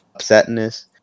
upsetness